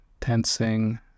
tensing